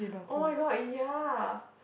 oh-my-god ya